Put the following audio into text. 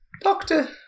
doctor